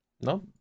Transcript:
No